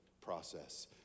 process